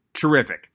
terrific